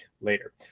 later